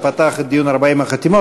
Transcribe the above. שפתח את דיון 40 החתימות.